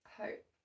hope